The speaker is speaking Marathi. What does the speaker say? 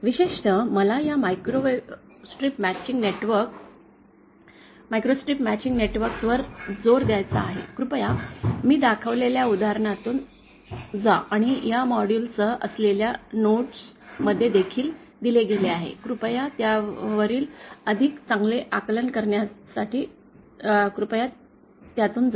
विशेषत मला या मायक्रोस्ट्रिप मॅचिंग नेटवर्क वर जोर द्यायचा आहे कृपया मी दाखवलेल्या उदाहरणातून जा आणि या मॉड्यूलसह असलेल्या नोट्स मध्ये देखील दिले गेले आहे कृपया त्यावरील अधिक चांगले आकलन करण्यासाठी कृपया त्याद्वारे जा